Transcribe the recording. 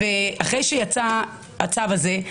אחרי שיצא הצו הזה,